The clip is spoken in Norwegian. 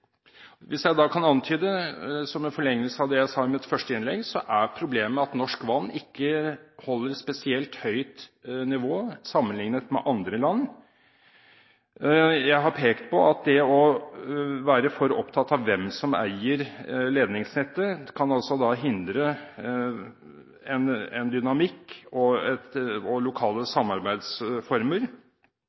Som en forlengelse av det jeg sa i mitt første innlegg, vil jeg få antyde at problemet er at norsk vann ikke holder et spesielt høyt nivå sammenlignet med andre land. Jeg har pekt på at det å være for opptatt av hvem som eier ledningsnettet, kan hindre en dynamikk og lokale samarbeidsformer, og